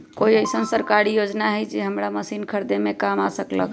कोइ अईसन सरकारी योजना हई जे हमरा मशीन खरीदे में काम आ सकलक ह?